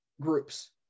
groups